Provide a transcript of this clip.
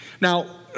Now